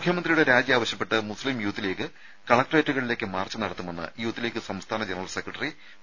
മുഖ്യമന്ത്രിയുടെ രാജി ആവശ്യപ്പെട്ട് മുസ്ലിം യൂത്ത് ലീഗ് കലക്ടറേറ്റുകളിലേക്ക് മാർച്ച് നടത്തുമെന്ന് യൂത്ത് ലീഗ് സംസ്ഥാന ജനറൽ സെക്രട്ടറി പി